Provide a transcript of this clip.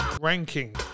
Ranking